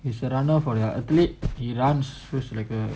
it's a runner for their athlete he runs just like a